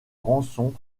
rançon